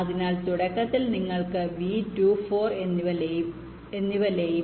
അതിനാൽ തുടക്കത്തിൽ നിങ്ങൾ V2 V4 എന്നിവ ലയിപ്പിച്ച് V24 നോഡ് ലഭിക്കും